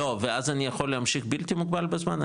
לא ואז אני יכול להמשיך בלתי מוגבל בזמן,